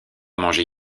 manger